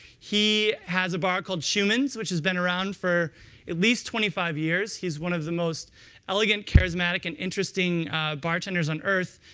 he has a bar, called schumann's, which has been around for at least twenty five years. he's one of the most elegant, charismatic, and interesting bartenders on earth.